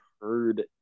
heard